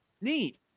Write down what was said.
Neat